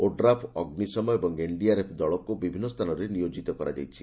ODRAF ଅଗ୍ବିଶମ ଓ NDRF ଦଳକୁ ବିଭିନ୍ନ ସ୍ଥାନରେ ନିୟୋଜିତ କରାଯାଇଛି